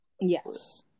Yes